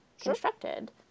constructed